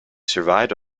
survived